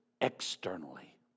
externally